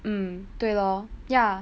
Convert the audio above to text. mm 对咯 ya